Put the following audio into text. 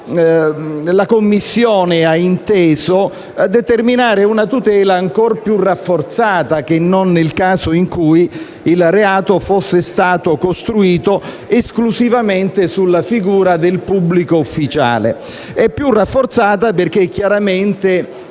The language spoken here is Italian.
La Commissione, infatti, ha inteso determinare una tutela ancora più rafforzata che non nel caso in cui il reato fosse stato costruito esclusivamente sulla figura del pubblico ufficiale. La tutela è più rafforzata perché chiaramente